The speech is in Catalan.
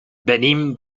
venim